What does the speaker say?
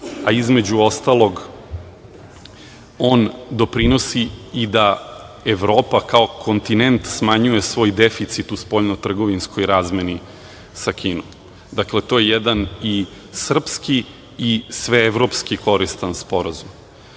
a između ostalo, on doprinosi i da Evropa kao kontinent smanjuje svoj deficit u spoljnoj trgovinskoj razmeni sa Kinom. Dakle, to je jedan i srpski i sve evropski koristan sporazum.